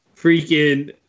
Freaking